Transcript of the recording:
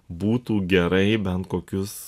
būtų gerai bent kokius